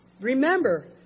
remember